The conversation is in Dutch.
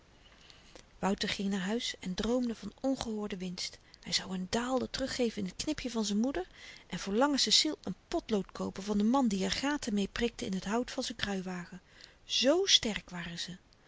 wouter ging naar huis en droomde van ongehoorde winst hy zou n daalder teruggeven in t knipje van z'n moeder en voor lange ceciel n potlood koopen van den man die er gaten mee prikte in t hout van z'n kruiwagen z sterk waren ze